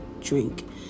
drink